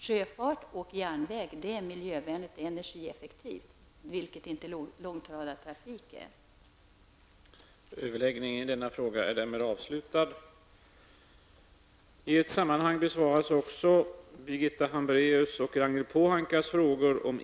Sjöfarten och järnvägen är miljövänliga och energieffektiva, vilket långtradartrafiken inte är.